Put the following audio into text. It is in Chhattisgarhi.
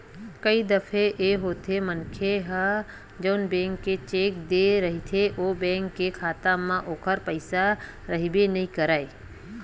कई दफे ए होथे मनखे ह जउन बेंक के चेक देय रहिथे ओ बेंक के खाता म ओखर पइसा रहिबे नइ करय